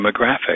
demographic